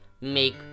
make